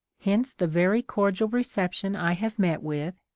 hence the very cordial reception i have met with,